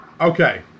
Okay